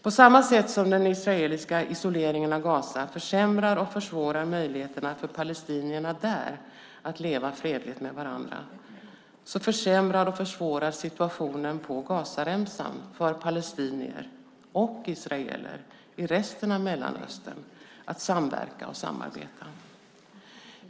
På samma sätt som den israeliska isoleringen av Gaza försämrar och försvårar möjligheterna för palestinierna där att leva fredligt med varandra försämrar och försvårar situationen på Gazaremsan för palestinier och israeler i resten att Mellanöstern att samverka och samarbeta.